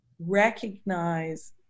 recognize